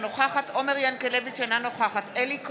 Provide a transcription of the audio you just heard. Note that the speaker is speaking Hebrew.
אינה נוכחת עומר ינקלביץ' אינה נוכחת אלי כהן,